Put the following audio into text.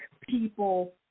people